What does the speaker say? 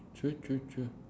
true true true